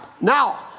Now